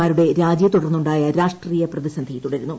മാരുടെ രാജിയെ തുടർന്നുണ്ടായ രാഷ്ട്രീയ പ്രതിസന്ധി തുടരുന്നു